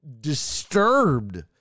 disturbed